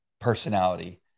personality